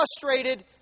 frustrated